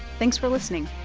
thanks for listening